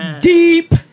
deep